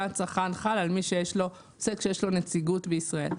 הצרכן חל על מי שיש לו נציגות בישראל.